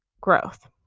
growth